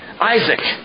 Isaac